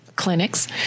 clinics